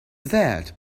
that